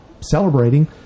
celebrating